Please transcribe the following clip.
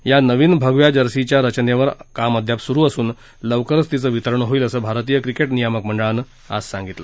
या नवीन भगव्या जर्सीच्या रचनेवर काम अद्याप सुरू असून लवकरच तिचं वितरण होईल असं भारतीय क्रिकेट नियामक मंडळानं आज सांगितलं